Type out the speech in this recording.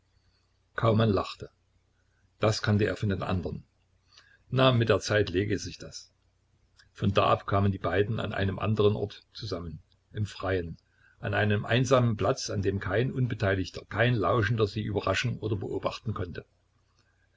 kaumann lachte das kannte er von den andern na mit der zeit lege sich das von da ab kamen die beiden an einem anderen ort zusammen im freien an einem einsamen platz an dem kein unbeteiligter kein lauschender sie überraschen oder beobachten konnte